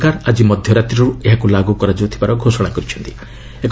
ଗୁଜରାତ୍ ସରକାର ଆଜି ମଧ୍ୟରାତ୍ରିରୁ ଏହାକୁ ଲାଗୁ କରାଯାଉଥିବାର ଘୋଷଣା କରିଛନ୍ତି